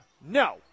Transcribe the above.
no